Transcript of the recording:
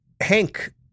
Hank